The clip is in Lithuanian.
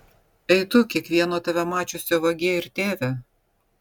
ei tu kiekvieno tave mačiusio vagie ir tėve